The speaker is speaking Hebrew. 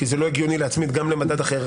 כי זה לא הגיוני להצמיד גם למדד אחר,